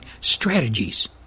strategies